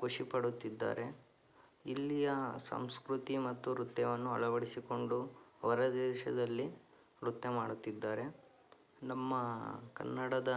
ಖುಷಿ ಪಡುತ್ತಿದ್ದಾರೆ ಇಲ್ಲಿಯ ಸಂಸ್ಕೃತಿ ಮತ್ತು ವೃತ್ಯವನ್ನು ಅಳವಡಿಸಿಕೊಂಡು ಹೊರದೇಶದಲ್ಲಿ ವೃತ್ಯ ಮಾಡುತ್ತಿದ್ದಾರೆ ನಮ್ಮ ಕನ್ನಡದ